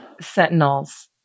sentinels